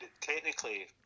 Technically